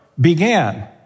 began